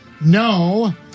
no